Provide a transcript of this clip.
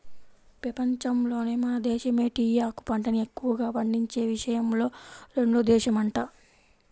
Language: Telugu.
పెపంచంలోనే మన దేశమే టీయాకు పంటని ఎక్కువగా పండించే విషయంలో రెండో దేశమంట